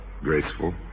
graceful